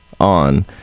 on